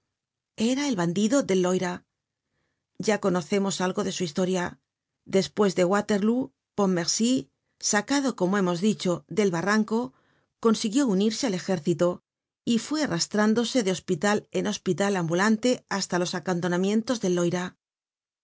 era el bandido del loira content from google book search generated at ya conocemos algo su historia despues de waterlóo pontmercy sacado como hemos dicho del barranco consiguió unirse al ejército y fué arrastrándose de hospital en hospital ambulante hasta los acantonamientos del loira